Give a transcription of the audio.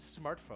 smartphone